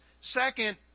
second